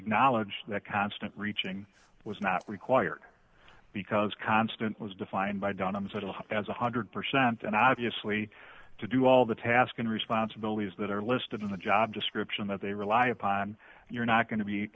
acknowledge that constant reaching was not required because constant was defined by done on the title as one hundred percent an obviously to do all the task and responsibilities that are listed in the job description that they rely upon you're not going to be